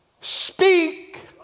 speak